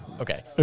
Okay